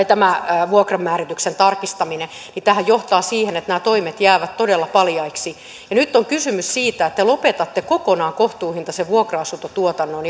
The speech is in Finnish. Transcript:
tämä vuokranmäärityksen tarkistaminen niin tämähän johtaa siihen että nämä toimet jäävät todella paljaiksi nyt on kysymys siitä että te lopetatte kokonaan kohtuuhintaisen vuokra asuntotuotannon